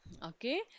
Okay